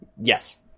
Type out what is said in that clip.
yes